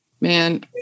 Man